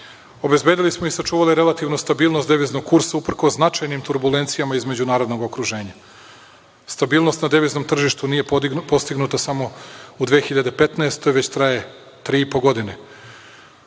NBS.Obezbedili smo i sačuvali relativnu stabilnost deviznog kursa uprkos značajnim turbulencijama iz međunarodnog okruženja. Stabilnost na deviznom tržištu nije postignuta samo u 2015. godini, već traje tri i po godine